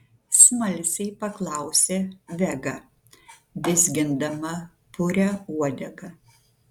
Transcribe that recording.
smalsiai paklausė vega vizgindama purią uodegą